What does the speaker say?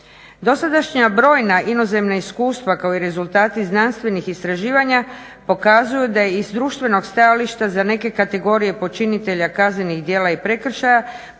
Dosadašnja brojna inozemna iskustva kao i rezultati znanstvenih istraživanja pokazuju da je iz društvenog stajališta za neke kategorije počinitelja kaznenih dijela i prekršaja